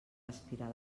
respirar